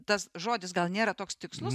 tas žodis gal nėra toks tikslus